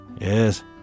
Yes